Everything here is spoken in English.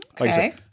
okay